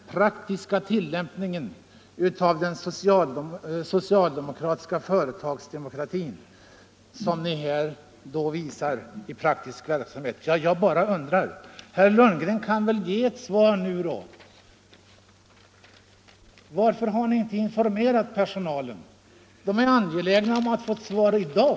Är det den socialdemokratiska företagsdemokratin som ni här visar i praktisk verksamhet? Ja, jag bara undrar. Herr Lundgren kan kanske annars svara på frågan, varför ni inte informerar personalen. De anställda är angelägna att få ett svar i dag.